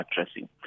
addressing